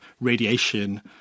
radiation